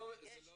יש, יש.